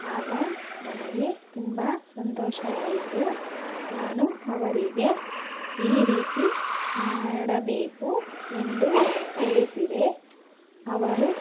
ಆಗ ನನಗೆ ತುಂಬ ಸಂತೋಷವಾಯಿತು ನಾನು ಅವರಿಗೆ ಈ ರೀತಿ ಮಾಡಬೇಕು ಎಂದು ತಿಳಿಸಿದೆ ಅವರು